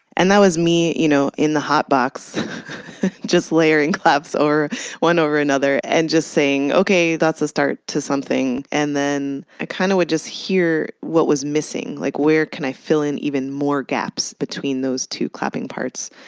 and that was me you know in the hotbox just layering claps one over another and just saying, okay, that's a start to something. and then i kind of would just hear what was missing. like, where can i fill in even more gaps between those two clapping parts?